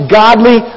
godly